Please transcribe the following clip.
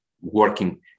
working